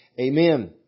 Amen